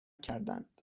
کردند